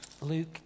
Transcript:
Luke